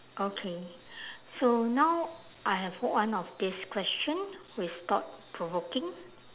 okay so now I have one of this question with thought provoking